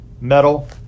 metal